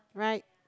right